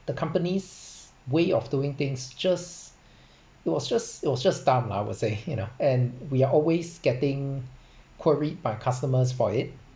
the company's way of doing things just it was just it was just dumb lah I would say you know and we are always getting queried by customers for it